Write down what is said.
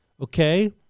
okay